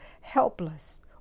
helpless